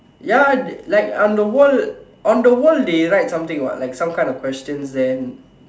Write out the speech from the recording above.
ya like on the wall on the wall they write something what some kind of questions then